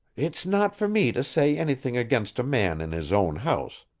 it's not for me to say anything against a man in his own house,